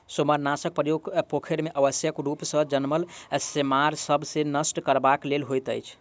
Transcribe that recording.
सेमारनाशकक प्रयोग पोखैर मे अनावश्यक रूप सॅ जनमल सेमार सभ के नष्ट करबाक लेल होइत अछि